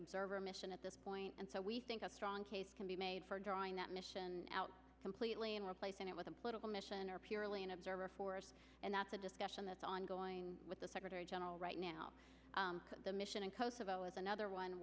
observer mission at this point and so we think a strong case can be made for drawing that mission out completely and replacing it with a political mission or purely an observer and that's a discussion that's ongoing with the secretary general right now the mission in kosovo is another one